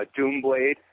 Doomblade